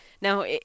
Now